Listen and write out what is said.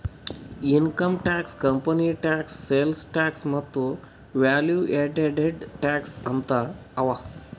income tax, company tax, sales tax ಮತ್ತ value added tax ಅಂತ್ ಅವಾ